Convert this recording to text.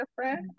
different